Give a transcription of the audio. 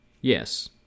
Yes